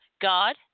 God